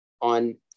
on